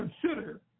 consider